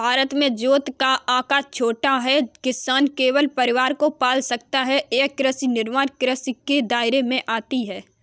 भारत में जोत का आकर छोटा है, किसान केवल परिवार को पाल सकता है ये कृषि निर्वाह कृषि के दायरे में आती है